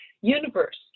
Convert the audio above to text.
universe